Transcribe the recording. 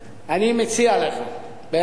אני מציע לך, באמת,